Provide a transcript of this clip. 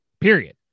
Period